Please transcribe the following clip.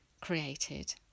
created